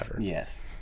Yes